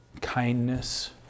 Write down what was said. kindness